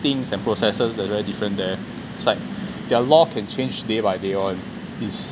things and processes that are very different there it's like their law can change day by day one it's